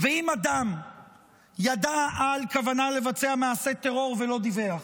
ואם אדם ידע על כוונה לבצע מעשה טרור ולא דיווח,